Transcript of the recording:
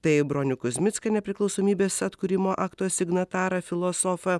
tai bronių kuzmicką nepriklausomybės atkūrimo akto signatarą filosofą